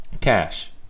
cash